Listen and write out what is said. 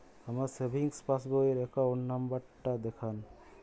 আমার সেভিংস পাসবই র অ্যাকাউন্ট নাম্বার টা দেখান?